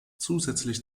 zusätzlich